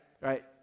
right